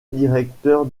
directeur